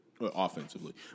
offensively